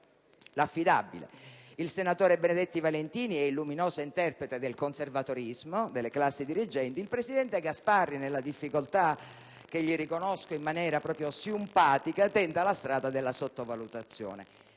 l'affidabile; il senatore Benedetti Valentini è il luminoso interprete del conservatorismo delle classi dirigenti; il presidente Gasparri (nella difficoltà che gli riconosco in maniera proprio sympathica) tenta la strada della sottovalutazione.